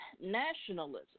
nationalism